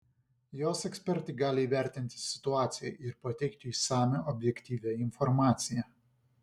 jos ekspertai gali įvertinti situaciją ir pateikti išsamią objektyvią informaciją